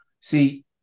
see